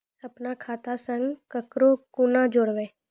अपन खाता संग ककरो कूना जोडवै?